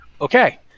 Okay